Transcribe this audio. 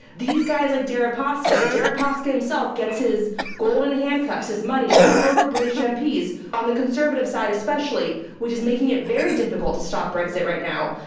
these guys like deripaska. deripaska himself gets his golden handcuffs, his money all over british um mps on the conservative side especially, which is making it very difficult to stop brexit right now.